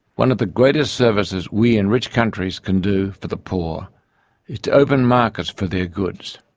one of the greatest services we in rich countries can do for the poor is to open markets for their goods,